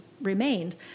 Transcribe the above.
remained